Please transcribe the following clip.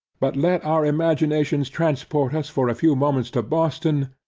but let our imaginations transport us for a few moments to boston,